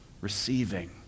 receiving